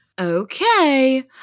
Okay